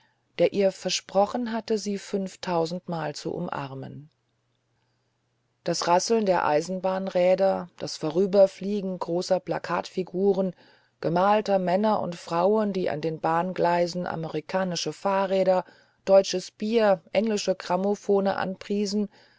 der ihr versprochen hatte sie fünftausendmal zu umarmen das rasseln der eisenbahnräder das vorüberfliegen großer plakatfiguren gemalter männer und frauen die an den bahngeleisen amerikanische fahrräder deutsches bier englische grammophone anpriesen